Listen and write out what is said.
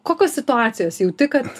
kokios situacijos jauti kad